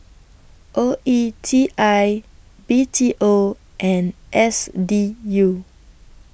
O E T I B T O and S D U